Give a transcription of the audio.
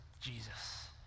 Jesus